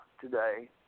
today